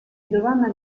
giovanna